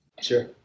Sure